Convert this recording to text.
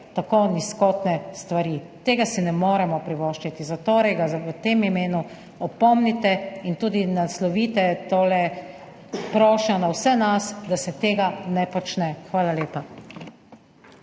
tako nizkotne stvari. Tega si ne moremo privoščiti, zatorej ga v tem imenu opomni in tudi naslovite tole prošnjo na vse nas, da se tega ne počne. Hvala lepa.